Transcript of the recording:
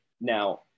Now